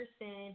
person